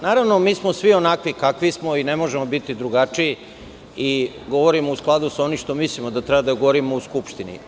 Naravno, mi smo svi onakvi kakvi smo i ne možemo biti drugačiji i govorimo u skladu sa onim što mislimo da treba da govorimo u Skupštini.